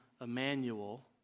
Emmanuel